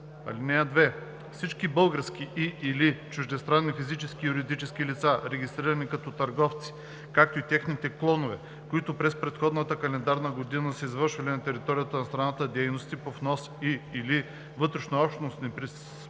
„(2) Всички български и/или чуждестранни физически и юридически лица, регистрирани като търговци, както и техните клонове, които през предходната календарна година са извършвали на територията на страната дейности по внос и/или вътрешнообщностни пристигания